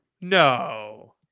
No